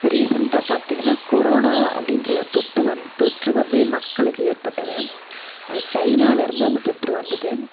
இப்போ ரீசெண்டாக பார்த்திங்கன்னா கொரோனா அப்படின்ற ஒரு தொட் தொற்று வந்து மக்களுக்கு ஏற்பட்டது அது சைனாவில இருந்து அந்த தொற்று வந்தது